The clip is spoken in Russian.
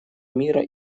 мира